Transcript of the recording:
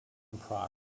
prague